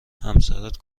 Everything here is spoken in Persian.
همسرت